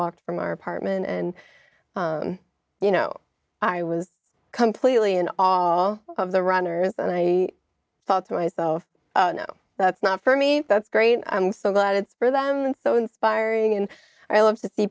walked from our apartment and you know i was completely and all of the runners and i thought to myself no that's not for me that's great i'm so glad for them and so inspiring and i love to see